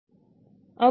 अब 1 बात क्या है